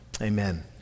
Amen